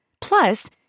Plus